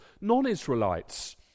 Non-Israelites